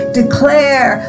declare